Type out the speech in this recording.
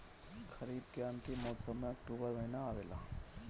खरीफ़ के अंतिम मौसम में अक्टूबर महीना आवेला?